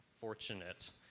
fortunate